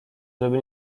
żeby